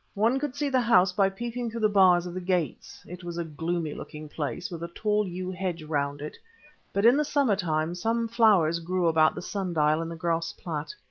one could see the house by peeping through the bars of the gates. it was a gloomy-looking place, with a tall yew hedge round it but in the summer-time some flowers grew about the sun-dial in the grass plat.